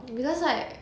because like